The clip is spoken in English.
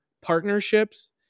partnerships